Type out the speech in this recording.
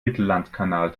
mittellandkanal